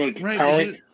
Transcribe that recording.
Right